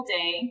day